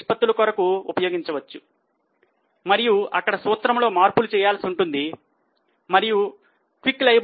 పొందాము